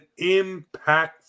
impactful